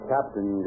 Captain